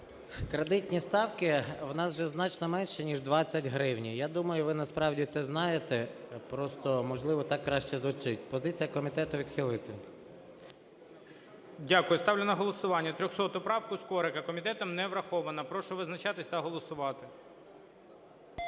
Кредитні ставки у нас вже значно менші ніж 20 гривень. Я думаю, ви насправді це знаєте, просто, можливо, так краще звучить. Позиція комітету – відхилити. ГОЛОВУЮЧИЙ. Дякую. Я ставлю на голосування 300 правку Скорика. Комітетом не врахована. Прошу визначатись та голосувати.